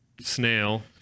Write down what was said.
snail